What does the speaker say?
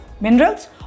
minerals